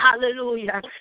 Hallelujah